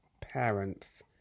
parents